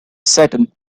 satan